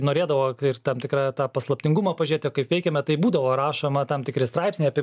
norėdavo ir tam tikrą tą paslaptingumą pažiūrėt o kaip veikiame tai būdavo rašoma tam tikri straipsniai apie